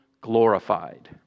glorified